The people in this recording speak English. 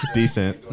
decent